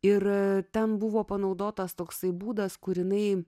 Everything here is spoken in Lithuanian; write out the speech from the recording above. ir ten buvo panaudotas toksai būdas kur jinai